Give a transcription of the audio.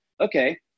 okay